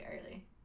early